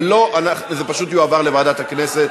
אם לא, זה פשוט יועבר לוועדת הכנסת.